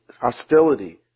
hostility